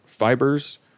Fibers